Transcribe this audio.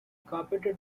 carpeted